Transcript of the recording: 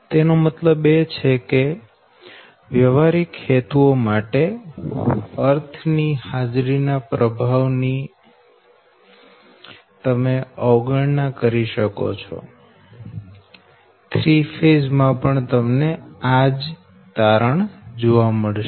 તેનો મતલબ એ છે કે વ્યવહારિક હેતુઓ માટે અર્થ ની હાજરી ના પ્રભાવ ની તમે અવગણના કરી શકો છે 3 ફેઝ માં પણ તમને આ જ તારણ મળશે